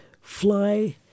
fly